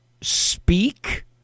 speak